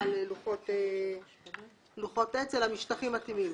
על לוחות עץ אלא על משטחים מתאימים.